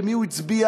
למי הוא הצביע.